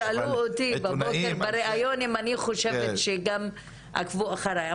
שאלו אותי בבוקר בריאיון אם אני חושבת שגם עקבו אחריי.